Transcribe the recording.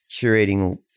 curating